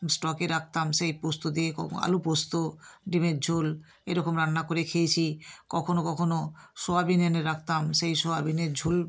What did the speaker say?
স্টকে রাখতাম সেই পোস্ত দিয়ে কখনও আলু পোস্ত ডিমের ঝোল এরকম রান্না করে খেয়েছি কখনও কখনও সোয়াবিন এনে রাখতাম সেই সোয়াবিনের ঝোল